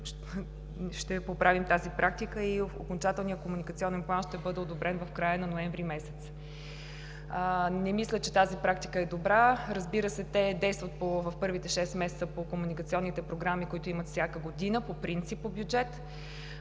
ще поправим тази практика и окончателният комуникационен план ще бъде одобрен в края на ноември месец. Не мисля, че тази практика е добра. Разбира се, те действат в първите шест месеца по комуникационните програми, които имат всяка година по принцип, по бюджет,